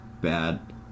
bad